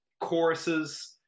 choruses